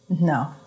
No